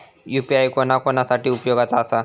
UPI कोणा कोणा साठी उपयोगाचा आसा?